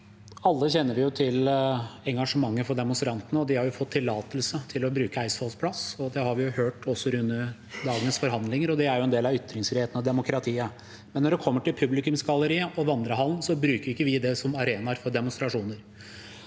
Vi kjenner alle til engasje- mentet til demonstrantene. De har fått tillatelse til å bruke Eidsvolls plass. Det har vi hørt, også under dagens forhandlinger, og det er en del av ytringsfriheten og demokratiet. Men når det kommer til publikumsgalleriet og vandrehallen, bruker vi ikke det som arenaer for demonstrasjoner.